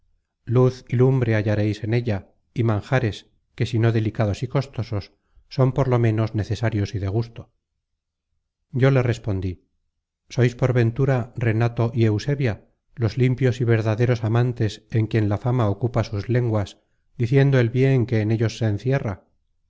y lumbre hallareis en ella y manjares que si no delicados y costosos son por lo menos necesarios y de gusto yo le respondi sois por ventura renato y eusebia los limpios y verdaderos amantes en quien la fama ocupa sus lenguas diciendo el bien que en ellos se encierra